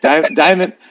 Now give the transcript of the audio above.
Diamond